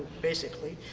basically.